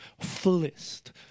fullest